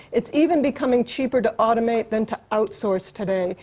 it's even becoming cheaper to automate than to outsource today.